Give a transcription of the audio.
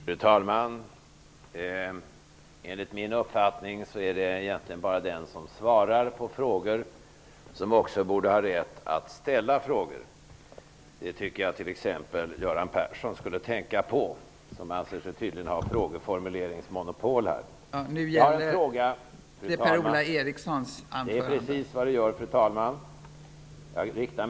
Fru talman! Det är precis vad det gör. Jag riktar en fråga -- eftersom jag tycker att jag har rätt att ställa frågor -- till Per-Ola Eriksson. 1993/94 hade vi -- vi kan nästan överblicka resultatet nu -- ett budgetunderskott på 197,5 miljarder kronor och ett upplåningsbehov på 239,6 miljarder kronor.